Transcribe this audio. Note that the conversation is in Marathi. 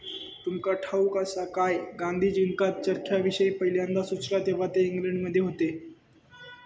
तुमका ठाऊक आसा काय, गांधीजींका चरख्याविषयी पयल्यांदा सुचला तेव्हा ते इंग्लंडमध्ये होते